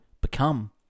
become